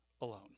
alone